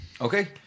Okay